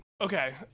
Okay